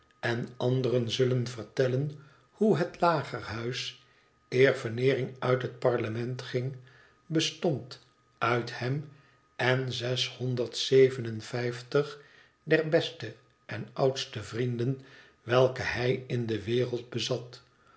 en anderen zullen vertellen hoe het lagerhuis eer veneering uit het parlement ging bestond uit hem en zeshonderd zeven en vijftig der beste en oudste vrienden welke hij in de wereld bezat